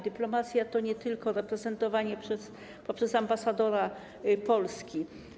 Dyplomacja to nie tylko reprezentowanie przez ambasadora Polski.